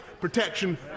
protection